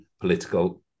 political